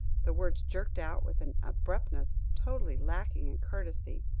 the words jerked out with an abruptness totally lacking in courtesy.